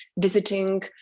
visiting